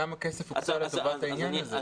כמה כסף הוקצה לטובת העניין הזה?